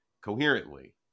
coherently